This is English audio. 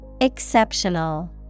Exceptional